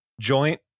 joint